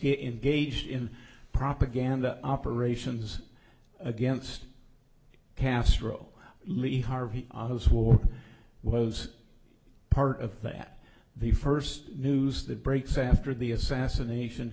engaged in propaganda operations against castro lee harvey oswald was part of that the first news that breaks after the assassination